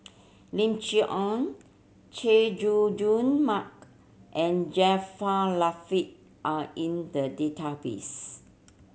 Lim Chee Onn Chay Jung Jun Mark and Jaafar Latiff are in the database